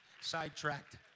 sidetracked